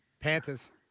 Panthers